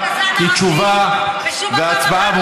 כי תשובה והצבעה,